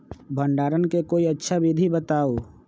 भंडारण के कोई अच्छा विधि बताउ?